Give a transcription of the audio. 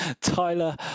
tyler